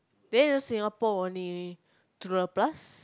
then you know Singapore only three dollar plus